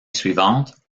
suivante